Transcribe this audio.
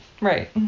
Right